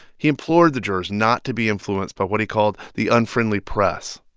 he implored the jurors not to be influenced by what he called the unfriendly press.